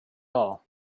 all